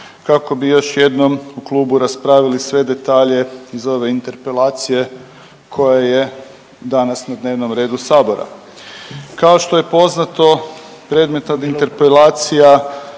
kako bi još jednom u klubu raspravili sve detalje iz ove interpelacije koja je danas na dnevnom redu sabora. Kao što je poznato predmetna interpelacija